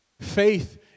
Faith